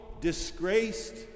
disgraced